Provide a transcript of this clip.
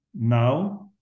Now